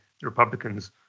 Republicans